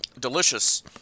delicious